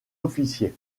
officiers